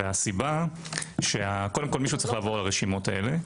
והסיבה קודם כל מישהו צריך לעבור על הרשימות האלה.